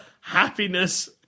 happiness